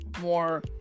more